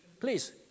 please